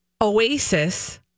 oasis